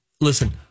Listen